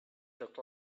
look